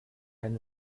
kein